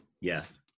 Yes